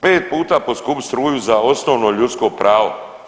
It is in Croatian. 5 puta poskupit struju za osnovno ljudsko pravo.